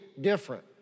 different